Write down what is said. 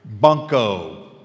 Bunko